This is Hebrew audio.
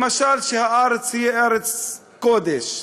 למשל, שהארץ היא ארץ קודש.